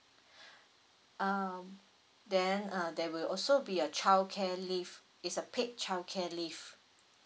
um then uh there will also be a childcare leave it's a paid childcare leave